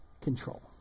control